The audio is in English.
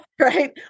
right